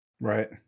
Right